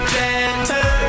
better